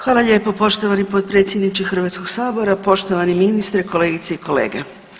Hvala lijepo poštovani potpredsjedniče Hrvatskog sabora, poštovani ministre, kolegice i kolege.